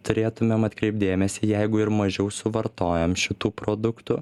turėtumėm atkreipt dėmesį jeigu ir mažiau suvartojam šitų produktų